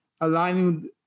aligning